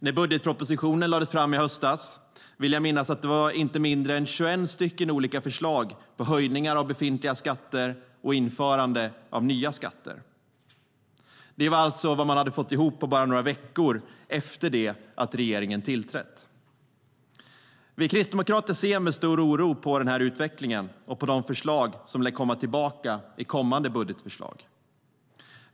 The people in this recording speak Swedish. När budgetpropositionen lades fram i höstas vill jag minnas att det var inte mindre än 21 olika förslag på höjningar av befintliga skatter eller införande av nya skatter. Och det var alltså vad man fått ihop bara några veckor efter det att regeringen tillträtt. Vi kristdemokrater ser med stor oro på den här utvecklingen och på de förslag som lär komma tillbaka i kommande budgetförslag.